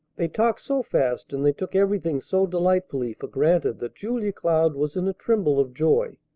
they talked so fast and they took everything so delightfully for granted that julia cloud was in a tremble of joy.